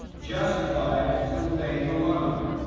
justified through faith alone,